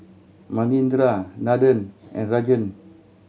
Manindra Nathan and Rajan